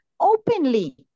openly